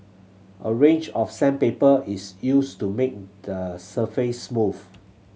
a range of sandpaper is used to make the surface smooth